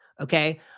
okay